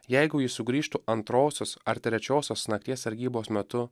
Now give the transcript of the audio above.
jeigu jis sugrįžtų antrosios ar trečiosios nakties sargybos metu